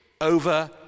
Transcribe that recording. over